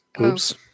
Oops